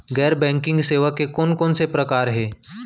गैर बैंकिंग सेवा के कोन कोन से प्रकार हे?